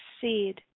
seed